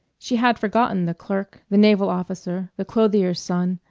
she had forgotten the clerk, the naval officer, the clothier's son,